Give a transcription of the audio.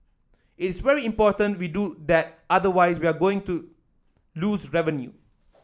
it's very important we do that otherwise we are going to lose revenue